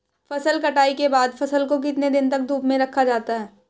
फसल कटाई के बाद फ़सल को कितने दिन तक धूप में रखा जाता है?